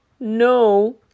No